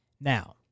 Now